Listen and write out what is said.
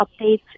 updates